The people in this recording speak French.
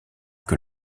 que